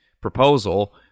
proposal